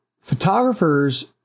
photographers